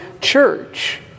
church